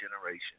generation